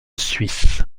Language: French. suisse